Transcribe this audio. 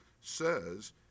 says